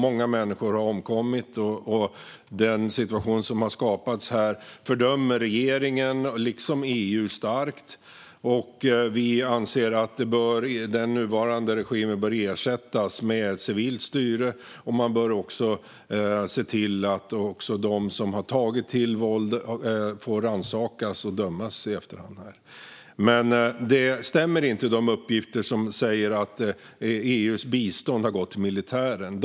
Många människor har omkommit, och både regeringen och EU fördömer starkt den situation som har skapats. Vi anser att den nuvarande regimen bör ersättas med ett civilt styre. Man bör också se till att de som har tagit till våld rannsakas och döms i efterhand. De uppgifter som säger att EU:s bistånd har gått till militären stämmer dock inte.